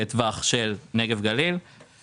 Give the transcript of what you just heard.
בין היתר, מדובר בבתי סוהר ביטחוניים.